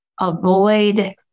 avoid